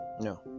no